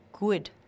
good